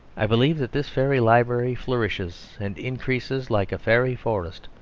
i believe that this fairy library flourishes and increases like a fairy forest